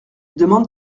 demande